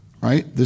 Right